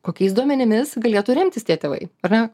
kokiais duomenimis galėtų remtis tie tėvai ar ne